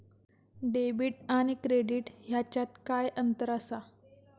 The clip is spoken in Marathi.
डेबिट आणि क्रेडिट ह्याच्यात काय अंतर असा?